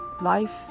life